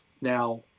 now